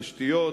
תשתיות,